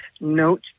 Note